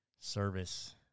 service